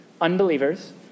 unbelievers